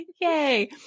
Yay